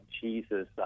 Jesus